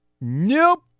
Nope